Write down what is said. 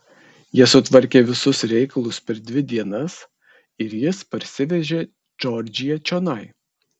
jie sutvarkė visus reikalus per dvi dienas ir jis parsivežė džordžiją čionai